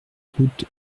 route